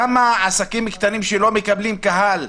למה עסקים קטנים שלא מקבלים קהל,